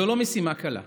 זו לא משימה קלה,